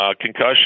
concussion